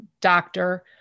doctor